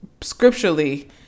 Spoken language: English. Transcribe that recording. scripturally